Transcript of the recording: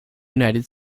united